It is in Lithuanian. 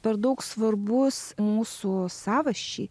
per daug svarbus mūsų savasčiai